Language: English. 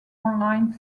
online